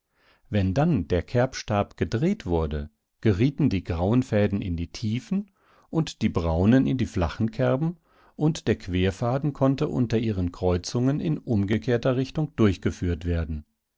wenn dann der kerbstab gedreht wurde gerieten die grauen fäden in die tiefen und die braunen in die flachen kerben und der querfaden konnte unter ihren kreuzungen in umgekehrter richtung durchgeführt werden